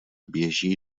běží